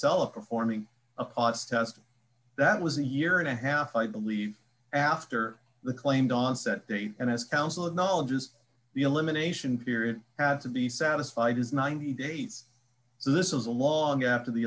sell a performing test that was a year and a half i believe after the claimed onset date and his council of knowledge is the elimination period have to be satisfied is ninety days so this is a log after the